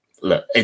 look